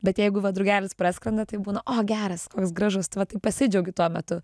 bet jeigu va draugelis praskrenda tai būna o geras koks gražus tai va tai pasidžiaugiu tuo metu